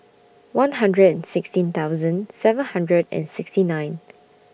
one hundred and sixteen thousand seven hundred and sixty nine